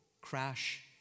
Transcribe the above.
crash